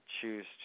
choose